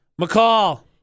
McCall